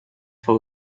for